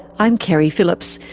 i'm keri phillips.